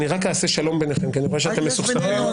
אני אעשה שלום ביניכם כי אני רואה שאתם מסוכסכים.